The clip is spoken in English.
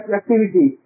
activity